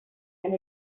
and